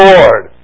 Lord